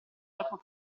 troppo